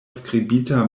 skribita